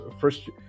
first